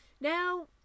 Now